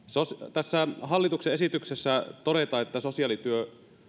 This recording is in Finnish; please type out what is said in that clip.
tässä hallituksen esityksessä todetaan että sosiaalityö